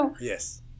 Yes